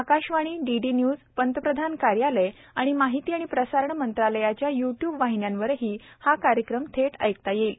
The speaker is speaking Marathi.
आकाशवाणी डीडी न्यूज प्रधानमंत्री कार्यालय आणि महिती आणि प्रसारण मंत्रालयाच्या युट्यूब वाहिन्यांवरही हा कार्यक्रम थेट ऐकता येईल